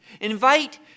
Invite